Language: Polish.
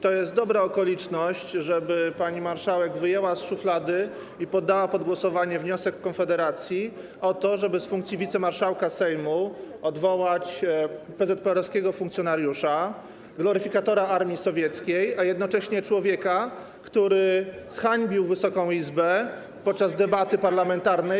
To jest dobra okoliczność, żeby pani marszałek wyjęła z szuflady i poddała pod głosowanie wniosek Konfederacji o to, żeby z funkcji wicemarszałka Sejmu odwołać PZPR-owskiego funkcjonariusza, gloryfikatora armii sowieckiej, a jednocześnie człowieka, który zhańbił Wysoką Izbę podczas debaty parlamentarnej.